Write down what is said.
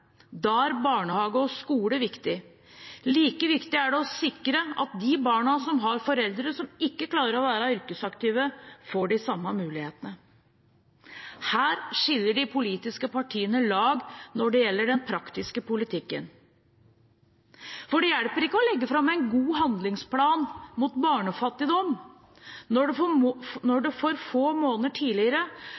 Da er barnehage og skole viktig. Like viktig er det å sikre at de barna som har foreldre som ikke klarer å være yrkesaktive, får de samme mulighetene. Her skiller de politiske partiene lag når det gjelder den praktiske politikken. For det hjelper ikke å legge fram en god handlingsplan mot barnefattigdom når det